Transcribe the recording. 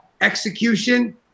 execution